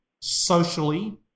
socially